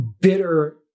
bitter